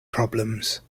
problems